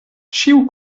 ĉiu